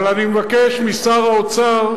אבל אני מבקש משר האוצר,